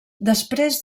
després